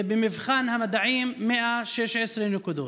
ובמבחן המדעים, 116 נקודות.